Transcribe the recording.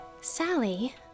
Sally